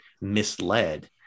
misled